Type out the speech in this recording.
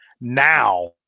now –